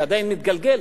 היא עדיין מתגלגלת.